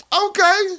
okay